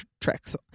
tricks